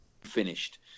finished